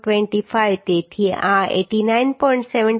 25 તેથી આ 89